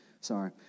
Sorry